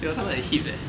对咯他们很 hip leh